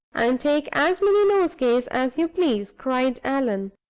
and take as many nosegays as you please, cried allan,